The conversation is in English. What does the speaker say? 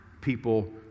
people